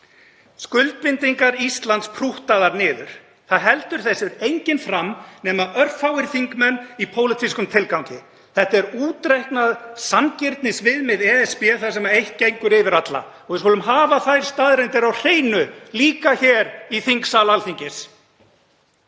Skuldbindingar Íslands prúttaðar niður. Þessu heldur enginn fram nema örfáir þingmenn í pólitískum tilgangi. Þetta er útreiknað sanngirnisviðmið ESB þar sem eitt gengur yfir alla. Við skulum hafa þær staðreyndir á hreinu, líka hér í þingsal Alþingis.